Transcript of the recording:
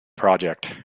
project